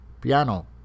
piano